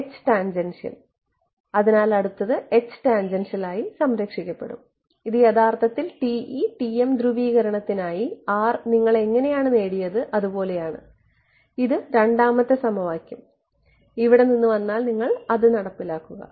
H tangential അതിനാൽ അടുത്തത് H tangential ആയി സംരക്ഷിക്കപ്പെടും ഇത് യഥാർത്ഥത്തിൽ TE TM ധ്രുവീകരണത്തിനായി R നിങ്ങൾ എങ്ങനെയാണ് നേടിയത് അതുപോലെയാണ് ഇത് രണ്ടാമത്തെ സമവാക്യം ഇവിടെ നിന്ന് വന്നാൽ നിങ്ങൾ അത് നടപ്പിലാക്കുക